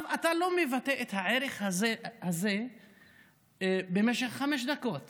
אתה לא מבטא את הערך הזה במשך חמש דקות